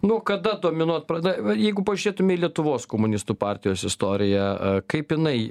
nu kada dominuot pradeda va jeigu pažiūrėtume į lietuvos komunistų partijos istoriją kaip jinai